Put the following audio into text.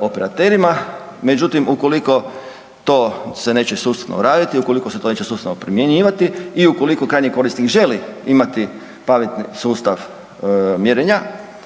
operaterima, međutim ukoliko to se neće sustavno raditi, ukoliko se to neće sustavno primjenjivati i ukoliko krajnji korisnik želi imati pametni sustav mjerenja